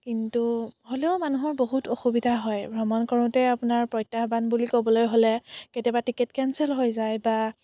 কিন্তু হ'লেও মানুহৰ বহুত অসুবিধা হয় ভ্ৰমণ কৰোঁতে প্ৰত্যাহ্বান বুলি ক'বলৈ হ'লে কেতিয়াবা টিকেট কেন্সেল হৈ যায় বা